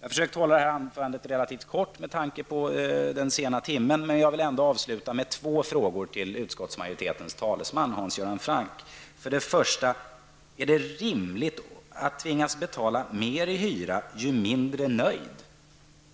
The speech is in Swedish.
Jag har försökt hålla det här anförandet relativt kort med tanke på den sena timmen, men jag vill ändå avsluta med två frågor till utskottsmajoritetens talesman Hans Göran För det första: Är det rimligt att tvingas betala mer i hyra, ju mindre nöjd